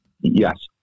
Yes